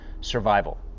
survival